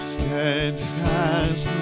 steadfast